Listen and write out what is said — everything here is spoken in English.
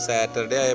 Saturday